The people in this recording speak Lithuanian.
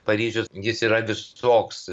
paryžius jis yra visoks